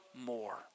more